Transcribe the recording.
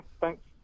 Thanks